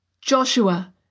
Joshua